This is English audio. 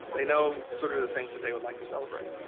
they know sort of the things that they would like to celebrate.